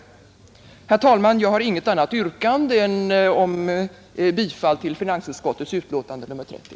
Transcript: Herr talman! Jag har inget annat yrkande än om bifall till finansutskottets hemställan i betänkandet nr 30.